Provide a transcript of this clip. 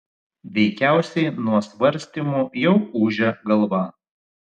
veikiausiai nuo svarstymų jau ūžia galva